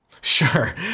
Sure